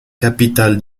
capitale